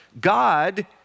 God